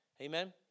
Amen